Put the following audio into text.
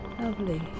Lovely